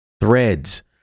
Threads